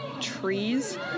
trees